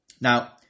now